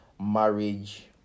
marriage